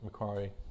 Macquarie